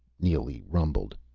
neely rumbled.